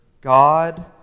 God